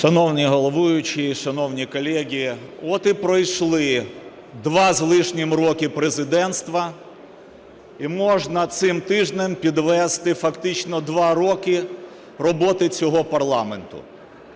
Шановний головуючий, шановні колеги! От і пройшли два з лишнім роки президентства, і можна цим тижнем підвести фактично два роки роботи цього парламенту.